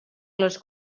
les